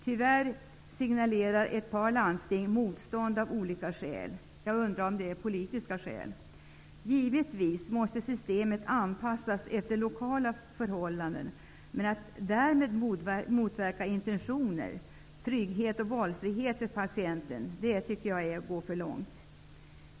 Tyvärr signalerar ett par landsting motstånd av olika skäl -- jag undrar om det är politiska skäl. Givetvis måste systemet anpassas efter lokala förhållanden, men att därmed motverka intentionen -- trygghet och valfrihet för patienten -- tycker jag är att gå för långt.